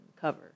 cover